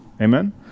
Amen